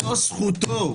זו זכותו.